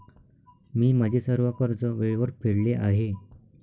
मी माझे सर्व कर्ज वेळेवर फेडले आहे